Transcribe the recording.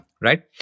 Right